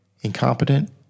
incompetent